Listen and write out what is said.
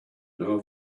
know